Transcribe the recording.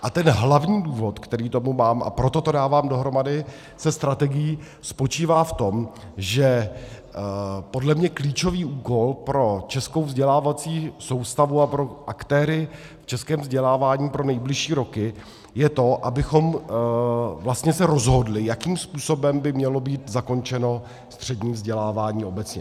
A ten hlavní důvod, který k tomu mám, a proto to dávám dohromady se strategií, spočívá v tom, že podle mě klíčový úkol pro českou vzdělávací soustavu a pro aktéry v českém vzdělávání pro nejbližší roky je to, abychom vlastně se rozhodli, jakým způsobem by mělo být zakončeno střední vzdělávání obecně.